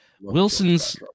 Wilson's